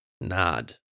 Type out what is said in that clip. nod